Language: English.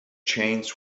chains